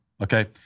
okay